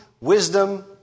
wisdom